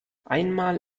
einmal